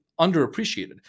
underappreciated